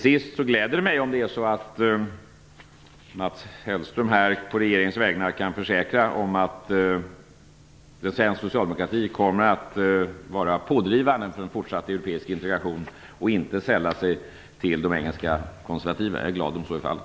Det gläder mig om Mats Hellström på regeringens vägnar kan försäkra att svensk socialdemokrati kommer att vara pådrivande för en fortsatt europeisk integration och inte sällar sig till de engelska konservativa. Jag är glad om så är fallet.